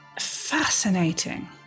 fascinating